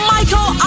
Michael